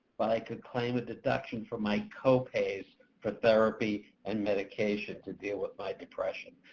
but i could claim a deduction for my co-pays for therapy and medication to deal with my depression.